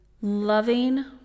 loving